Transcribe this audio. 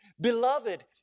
Beloved